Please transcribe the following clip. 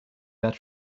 not